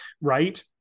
right